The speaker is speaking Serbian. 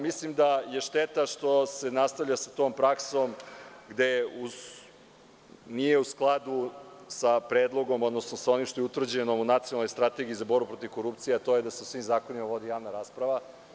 Mislim da je šteta što se nastavlja sa tom praksom, gde nije u skladu sa predlogom, odnosno sa ovim što je utvrđeno u Nacionalnoj strategiji za borbu protiv korupcije, a to je da se o svim zakonima vodi javna rasprava.